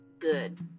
good